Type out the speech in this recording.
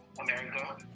America